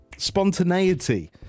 Spontaneity